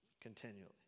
continually